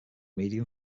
medium